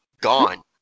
gone